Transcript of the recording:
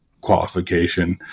qualification